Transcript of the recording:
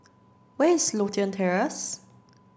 where is Lothian Terrace